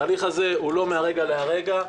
התהליך הזה הוא לא מהרגע להרגע.